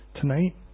tonight